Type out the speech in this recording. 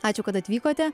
ačiū kad atvykote